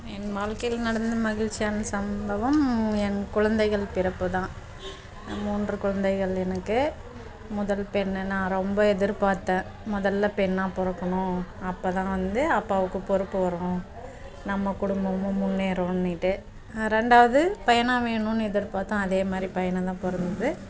என் வாழ்க்கையில் நடந்த மகிழ்ச்சியான சம்பவம் என் குழந்தைகள் பிறப்பு தான் மூன்று குழந்தைகள் எனக்கு முதல் பெண் நான் ரொம்ப எதிர்பார்த்தேன் முதலில் பெண்ணாக பிறக்கணு அப்போ தான் வந்து அப்பாவுக்கு பொறுப்பு வரும் நம்ம குடும்பமும் முன்னேறும்னிட்டு ரெண்டாவது பையனாக வேணுன்னு எதிர்பார்த்தேன் அதேமாதிரி பையனாக தான் பிறந்தது